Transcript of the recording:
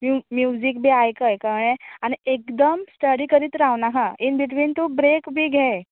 mu music बी आयकय कळ्ळें आनी एकदम स्टडी करीत रावनाका इन बिटवीन तूं ब्रेक बीन घे